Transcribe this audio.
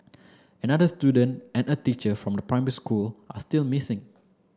another student and a teacher from the primary school are still missing